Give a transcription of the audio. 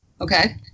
okay